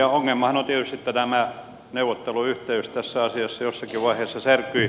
ongelmahan on tietysti että tämä neuvotteluyhteys tässä asiassa jossakin vaiheessa särkyi